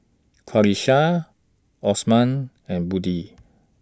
Qalisha Osman and Budi